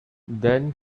then